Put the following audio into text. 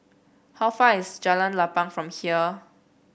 how far away is Jalan Lapang from here